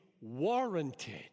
warranted